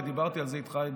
ודיברתי איתך על זה,